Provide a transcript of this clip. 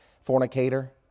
fornicator